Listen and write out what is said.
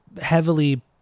heavily